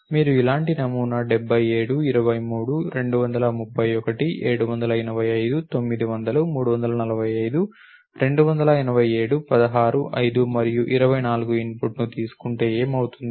మీరు ఇలాంటి నమూనా 77 23 231 785 900 345 287 16 5 మరియు 24 ఇన్పుట్ను తీసుకుంటే ఏమి అవుతుంది